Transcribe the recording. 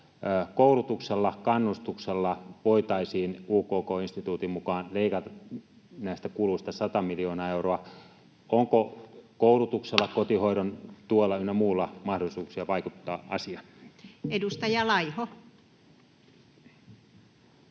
Koulutuksella, kannustuksella voitaisiin UKK-instituutin mukaan leikata näistä kuluista 100 miljoonaa euroa. Onko koulutuksella, kotihoidon tuella ynnä muulla mahdollisuuksia vaikuttaa asiaan? Edustaja Laiho.